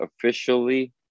officially